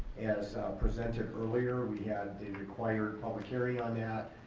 as presented earlier, we had the required public hearing on that